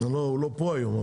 הוא לא פה היום,